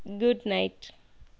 good night